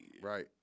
Right